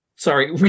Sorry